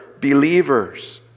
believers